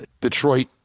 Detroit